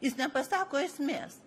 jis nepasako esmės